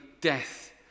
death